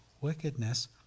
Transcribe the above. wickedness